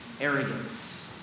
arrogance